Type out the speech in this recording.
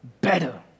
better